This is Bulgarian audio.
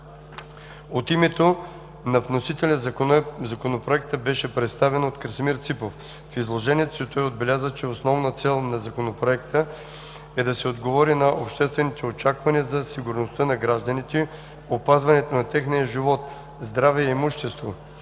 От името на вносителя Законопроектът беше представен от Красимир Ципов. В изложението си той отбеляза, че основна цел на Законопроекта е да се отговори на обществените очаквания за сигурността на гражданите – опазването на техния живот, здраве и имущество.